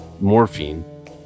morphine